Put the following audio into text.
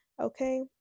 okay